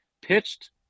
pitched